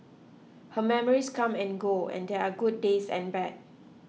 her memories come and go and there are good days and bad